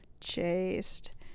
chased